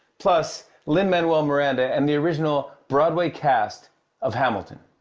plus lin-manuel miranda and the original broadway cast of hamilton.